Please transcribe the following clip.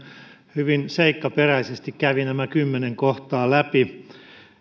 hyvin seikkaperäisesti kävi nämä kymmenen kohtaa läpi